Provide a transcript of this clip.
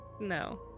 No